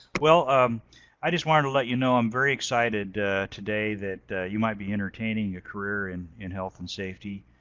well um i just wanted to let you know i'm very excited today that you might be entertaining a career in in health and safety.